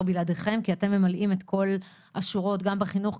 בלעדיכם כי אתם ממלאים את כל השורות גם בחינוך,